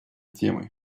темой